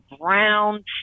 brown